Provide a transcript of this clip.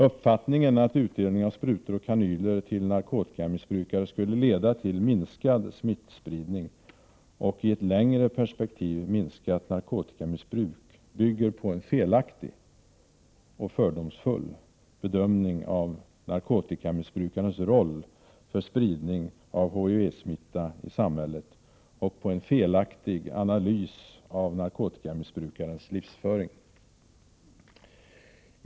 Uppfattningen att utdelning av sprutor och kanyler till narkotikamissbrukare skulle leda till minskad smittspridning och i ett längre perspektiv minskat narkotikamissbruk bygger på en felaktig — och fördomsfull — bedömning av narkotikamissbrukarens roll för spridning av HIV-smitta i Prot. 1988/89:105 samhället och på en felaktig analys av narkotikamissbrukarens livsföring.